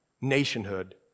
nationhood